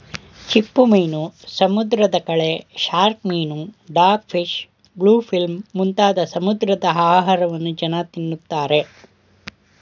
ಚಿಪ್ಪುಮೀನು, ಸಮುದ್ರದ ಕಳೆ, ಶಾರ್ಕ್ ಮೀನು, ಡಾಗ್ ಫಿಶ್, ಬ್ಲೂ ಫಿಲ್ಮ್ ಮುಂತಾದ ಸಮುದ್ರದ ಆಹಾರವನ್ನು ಜನ ತಿನ್ನುತ್ತಾರೆ